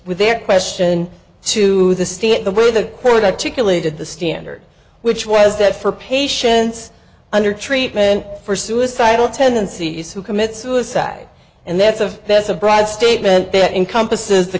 their question to the state the way the quote attributed the standard which was that for patients under treatment for suicidal tendencies who commit suicide and that's a that's a broad statement that encompasses the